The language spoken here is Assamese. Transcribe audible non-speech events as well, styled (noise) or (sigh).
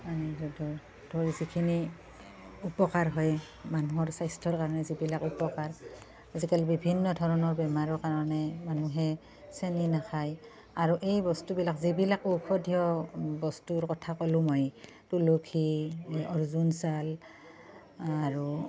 (unintelligible) যিখিনি উপকাৰ হয় মানুহৰ স্বাস্থ্যৰ কাৰণে যিবিলাক উপকাৰ আজিকালি বিভিন্ন ধৰণৰ বেমাৰৰ কাৰণে মানুহে চেনি নাখায় আৰু এই বস্তুবিলাক যিবিলাক ঔষধীয় বস্তুৰ কথা ক'লো মই তুলসী অৰ্জুন চাল আৰু